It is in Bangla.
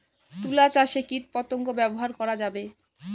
তুলা চাষে কীটপতঙ্গ ব্যবহার করা যাবে?